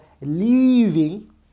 leaving